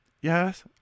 Yes